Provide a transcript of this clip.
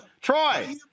Troy